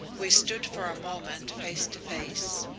we stood for a moment face to face.